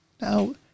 Now